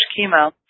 chemo